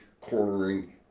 cornering